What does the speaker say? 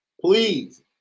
please